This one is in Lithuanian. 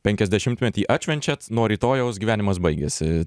penkiasdešimtmetį atšvenčiat nuo rytojaus gyvenimas baigėsi